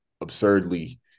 absurdly